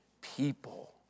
people